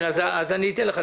אני אתן לך.